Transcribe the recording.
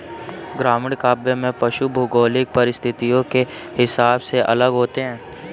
ग्रामीण काव्य में पशु भौगोलिक परिस्थिति के हिसाब से अलग होते हैं